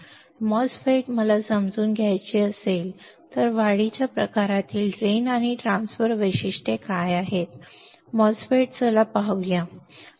MOSFET मला समजून घ्यायचे आहे की वाढीच्या प्रकारातील ड्रेन आणि ट्रान्सफर वैशिष्ट्ये काय आहेत एमओएसएफईटी चला पाहूया आपण पाहू या